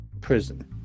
prison